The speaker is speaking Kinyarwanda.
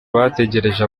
bategereje